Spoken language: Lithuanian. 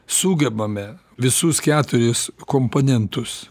sugebame visus keturis komponentus